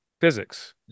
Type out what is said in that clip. physics